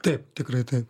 taip tikrai taip